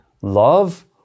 love